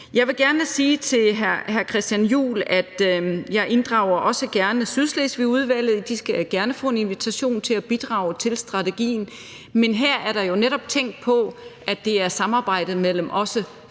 Jeg vil gerne sige til hr. Christian Juhl, at jeg inddrager også gerne Sydslesvigudvalget. De skal gerne få en invitation til at bidrage til strategien. Men her er der jo netop tænkt på, at det er at samarbejde også mellem